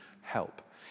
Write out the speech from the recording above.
help